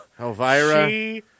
Elvira